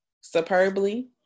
superbly